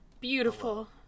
Beautiful